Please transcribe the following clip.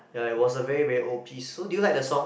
ya it was a very very old piece so did you like the song